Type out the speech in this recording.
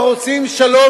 הרוצים שלום,